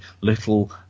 little